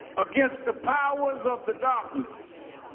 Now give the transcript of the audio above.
against the powers of the darkness,